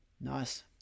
Nice